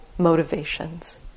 motivations